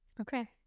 Okay